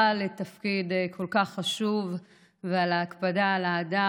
לתפקיד כל כך חשוב ועל ההקפדה על ההדר.